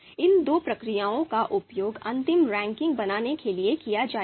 इन दोनों प्रक्रियाओं का उपयोग अंतिम रैंकिंग बनाने के लिए किया जाएगा